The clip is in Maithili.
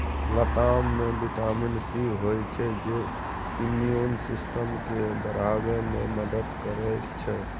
लताम मे बिटामिन सी होइ छै जे इम्युन सिस्टम केँ बढ़ाबै मे मदद करै छै